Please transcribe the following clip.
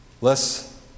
less